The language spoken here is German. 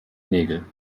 nägel